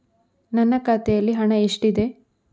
ನನ್ನ ಖಾತೆಯಲ್ಲಿ ಹಣ ಎಷ್ಟಿದೆ?